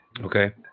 okay